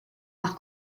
par